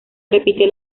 repite